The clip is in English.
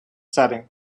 setting